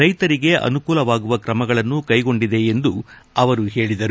ರೈತರಿಗೆ ಅನುಕೂಲವಾಗುವ ಕ್ರಮಗಳನ್ನು ಕೈಗೊಂಡಿದೆ ಎಂದು ಅವರು ಹೇಳದರು